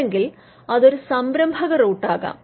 അല്ലെങ്കിൽ അതൊരു സംരംഭക റൂട്ട് ആകാം